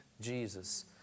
Jesus